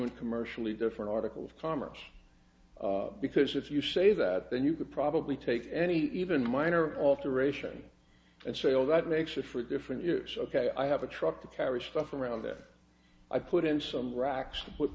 and commercially different article of commerce because if you say that then you could probably take any even minor alteration and say oh that makes it for different it's ok i have a truck to carry stuff around that i put in some racks to put